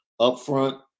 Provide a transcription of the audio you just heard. upfront